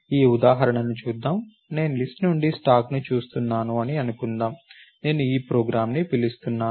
ఈ ఉదాహరణను చూద్దాం నేను లిస్ట్ నుండి స్టాక్ని చూస్తున్నాను అని అనుకుందాం నేను ఈ ప్రోగ్రామ్ని పిలుస్తున్నాను